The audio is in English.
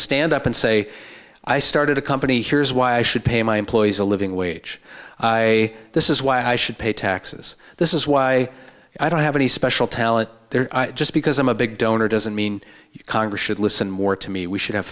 stand up and say i started a company here's why i should pay my employees a living wage this is why i should pay taxes this is why i don't have any special talent there just because i'm a big donor doesn't mean congress should listen more to me we should have